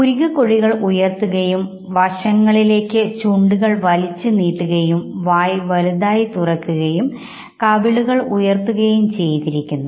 പുരികക്കൊടികൾ ഉയർത്തുകയും വശങ്ങളിലേക്ക് ചുണ്ടുകൾ വലിച്ചു നീട്ടുകയും വായ് വലുതായി തുറക്കുകയും കവിളുകൾ ഉയർത്തുകയും ചെയ്തിരിക്കുന്നു